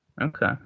Okay